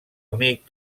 amic